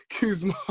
Kuzma